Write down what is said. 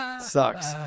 Sucks